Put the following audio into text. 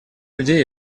людей